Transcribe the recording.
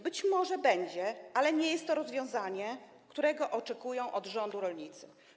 Być może będzie, ale nie jest to rozwiązanie, którego oczekują od rządu rolnicy.